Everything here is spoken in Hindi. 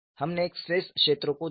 हमने स्ट्रेस क्षेत्र को देखा